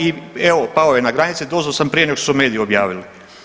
I evo pao je na granici, doznao sam prije nego što su mediji objavili.